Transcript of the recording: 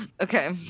Okay